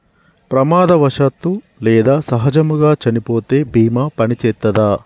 ప్రమాదవశాత్తు లేదా సహజముగా చనిపోతే బీమా పనిచేత్తదా?